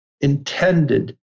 intended